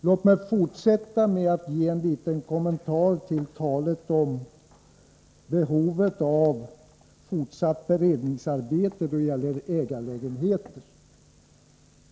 Låt mig fortsätta med att ge en liten kommentar till talet om behovet av fortsatt beredningsarbete då det gäller ägarlägenheter.